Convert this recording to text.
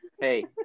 hey